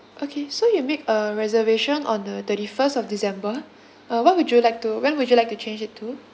okay so you make a reservation on the thirty first of december uh what would you like to when would you like to change it to